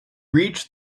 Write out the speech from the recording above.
reached